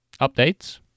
updates